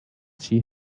see